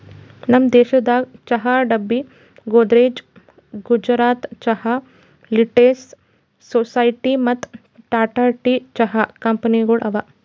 ನಮ್ ದೇಶದಾಗ್ ಚಹಾ ಡಬ್ಬಿ, ಗೋದ್ರೇಜ್, ಗುಜರಾತ್ ಚಹಾ, ಲಿಂಟೆಕ್ಸ್, ಸೊಸೈಟಿ ಮತ್ತ ಟಾಟಾ ಟೀ ಚಹಾ ಕಂಪನಿಗೊಳ್ ಅವಾ